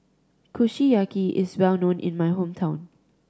kushiyaki is well known in my hometown